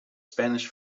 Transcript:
spanish